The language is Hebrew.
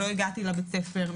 לא הגעתי לבית הספר.